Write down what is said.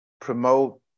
promote